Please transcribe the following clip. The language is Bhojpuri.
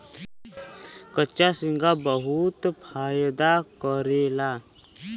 कच्चा झींगा बहुत फायदा करेला